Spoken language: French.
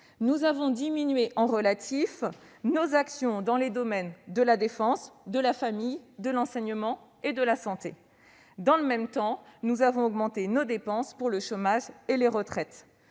nous avons diminué en relatif nos actions dans les domaines de la défense, de la famille, de l'enseignement et de la santé ; dans le même temps, nous avons augmenté nos dépenses pour le chômage et les retraites.